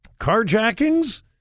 Carjackings